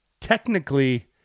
technically